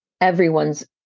everyone's